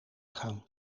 gaan